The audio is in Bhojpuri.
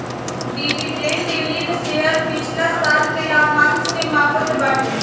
डिविडेंट यील्ड शेयर पिछला साल के लाभांश के मापत बाटे